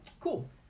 cool